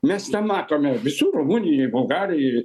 mes tą matome visur rumunijoj bulgarijoj